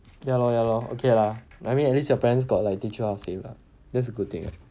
ya lor ya lor okay lah I mean at least your parents got like teach you how to save lah that's a good thing ah